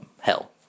hell